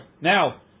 now